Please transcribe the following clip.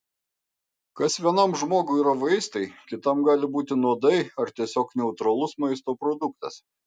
kas vienam žmogui yra vaistai kitam gali būti nuodai ar tiesiog neutralus maisto produktas